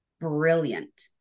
brilliant